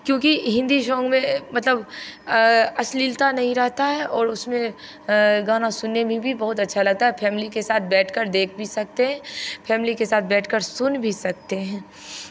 क्योंकि हिन्दी सॉन्ग हमें एक मतलब अश्लीलता नहीं रहता है और उसमें गाना सुनने में भी बहुत अच्छा लगता है फैमिली के साथ बैठ कर देख भी सकते हैं फैमिली के साथ बैठ कर सुन भी सकते हैं